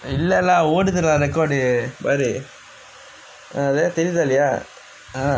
இல்லா ஓடுதுலா:illa oduthulaa record டு பாரு தெரியுதா இல்லையா:du paaru teriyuthaa illaiyaa ah